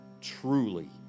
Truly